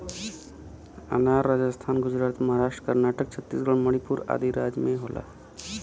अनार राजस्थान गुजरात महाराष्ट्र कर्नाटक छतीसगढ़ मणिपुर आदि राज में होला